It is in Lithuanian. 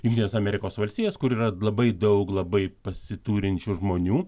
jungtines amerikos valstijas kur yra labai daug labai pasiturinčių žmonių